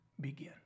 begin